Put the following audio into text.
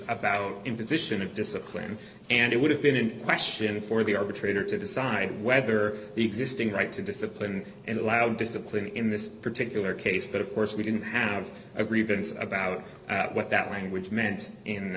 about imposition of discipline and it would have been in question for the arbitrator to design whether the existing right to discipline and allow discipline in this particular case but of course we didn't have a grievance about what that language meant in